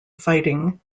fighting